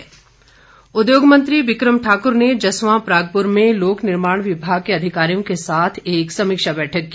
बिक्रम ठाकुर उद्योग मंत्री बिक्रम ठाक्र ने जसवां परागपुर में लोक निर्माण विभाग के अधिकारियों के साथ एक समीक्षा बैठक की